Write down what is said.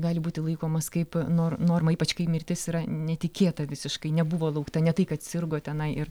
gali būti laikomas kaip nor norma ypač kai mirtis yra netikėta visiškai nebuvo laukta ne tai kad sirgo tenai ir